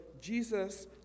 Jesus